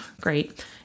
Great